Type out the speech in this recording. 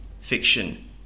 fiction